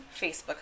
Facebook